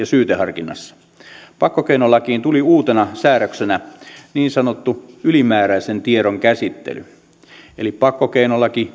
syyteharkinnassa pakkokeinolakiin tuli uutena säädöksenä niin sanottu ylimääräisen tiedon käsittely eli pakkokeinolaki